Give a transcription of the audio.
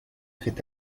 fait